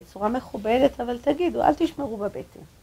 בצורה מכובדת, אבל תגידו, אל תשמרו בבטן.